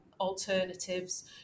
alternatives